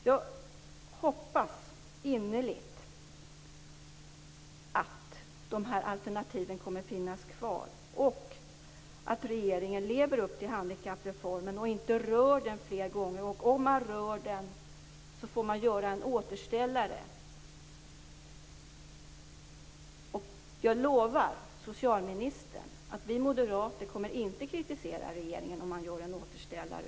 Jag hoppas innerligt att de här alternativen kommer att finnas kvar och att regeringen lever upp till handikappreformen och inte rör den fler gånger. Om man rör den får man göra en återställare. Jag lovar socialministern att vi moderater inte kommer att kritisera regeringen om den gör en återställare.